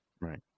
Right